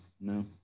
No